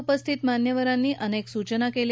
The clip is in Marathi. उपस्थित मान्यवरांनी बैठकीत अनेक सूचना केल्या